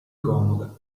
comoda